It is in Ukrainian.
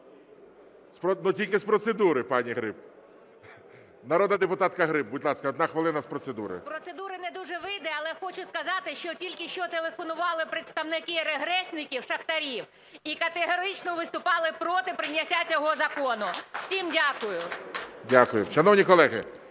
Ну, тільки з процедури, пані Гриб. Народна депутатка Гриб, будь ласка, 1 хвилина з процедури. 10:58:00 ГРИБ В.О. З процедури не дуже вийде, але хочу сказати, що тільки що телефонували представники регресників шахтарів і категорично виступали проти прийняття цього закону. Всім дякую. ГОЛОВУЮЧИЙ. Дякую. Шановні колеги,